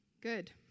Good